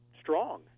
strong